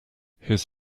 his